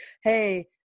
hey